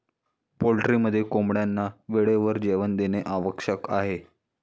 पोल्ट्रीमध्ये कोंबड्यांना वेळेवर जेवण देणे आवश्यक आहे